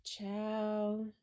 ciao